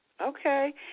Okay